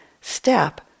step